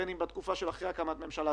בין אם בתקופה לאחר הקמת ממשלה.